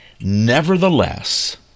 Nevertheless